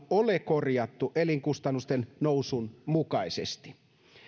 ole korjattu elinkustannusten nousun mukaisesti